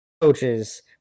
coaches